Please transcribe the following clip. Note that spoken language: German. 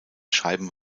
scheiben